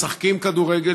משחקים כדורגל,